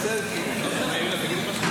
לא לא, יש לה הצעת חוק משלה,